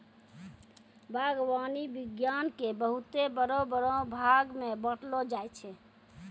बागवानी विज्ञान के बहुते बड़ो बड़ो भागमे बांटलो जाय छै